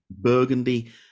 burgundy